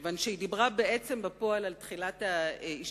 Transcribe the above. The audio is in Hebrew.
מכיוון שהיא דיברה בפועל על תחילת ההשתתפות